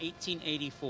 1884